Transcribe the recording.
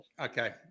okay